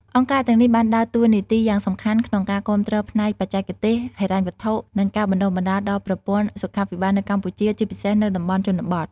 អង្គការទាំងនេះបានដើរតួនាទីយ៉ាងសំខាន់ក្នុងការ គាំទ្រផ្នែកបច្ចេកទេស ហិរញ្ញវត្ថុ និងការបណ្តុះបណ្តាល ដល់ប្រព័ន្ធសុខាភិបាលនៅកម្ពុជា ជាពិសេសនៅតំបន់ជនបទ។